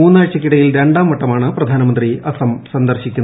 മൂന്നാഴ്ചയ്ക്കിടയിൽ രണ്ടാം വട്ടമാണ് പ്രധാനമന്ത്രി അസം സന്ദർശിക്കുന്നത്